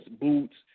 boots